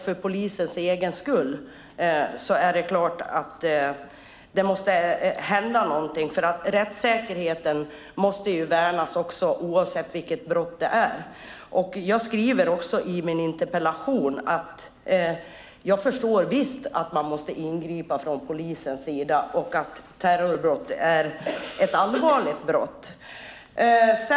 För polisens egen skull är det klart att det måste hända någonting, för rättssäkerheten måste ju värnas, oavsett vilket brott det är. Jag skriver också i min interpellation att jag visst förstår att man måste ingripa från polisens sida och att terrorbrott är ett allvarligt brott.